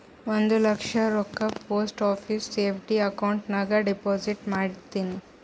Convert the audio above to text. ಒಂದ್ ಲಕ್ಷ ರೊಕ್ಕಾ post ಆಫೀಸ್ದು FD account ನಾಗ್ deposit ಮಾಡಿನ್